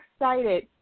excited